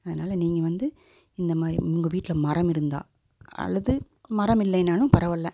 அதனால நீங்கள் வந்து இந்த மாதிரி உங்கள் வீட்டில் மரம் இருந்தால் அல்லது மரம் இல்லைனாலும் பரவாயில்ல